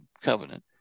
covenant